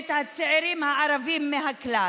את הצעירים הערבים מהכלל.